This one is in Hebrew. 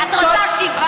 את רוצה שיבה